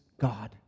God